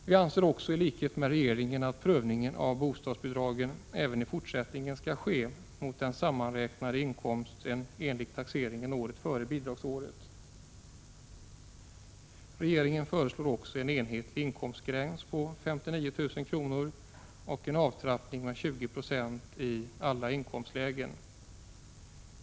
Vi anser, i likhet med regeringen, att prövningen av bostadsbidragen även i fortsättningen skall ske mot den sammanräknade inkomsten enligt taxeringen året före bidragsåret. Regeringen föreslår också en enhetlig inkomstgräns på 59 000 kr. och en avtrappning med 20 96 i alla inkomstlägen.